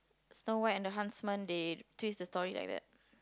Snow-White and the Huntsmen they twist the story like that